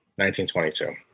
1922